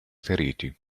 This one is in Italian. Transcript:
feriti